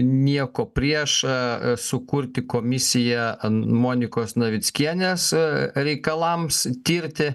nieko prieš sukurti komisiją ant monikos navickienės reikalams tirti